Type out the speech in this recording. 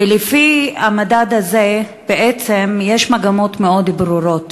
ולפי המדד הזה, בעצם יש מגמות מאוד ברורות.